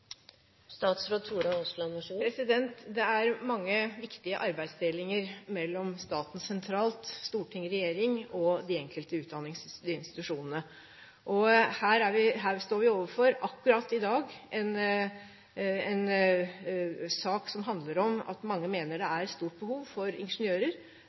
Det er mange viktige arbeidsdelinger mellom staten sentralt – storting og regjering – og de enkelte utdanningsinstitusjonene. Her står vi akkurat i dag overfor en sak som handler om at mange mener det er stort behov for ingeniører.